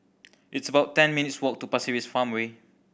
it's about ten minutes' walk to Pasir Ris Farmway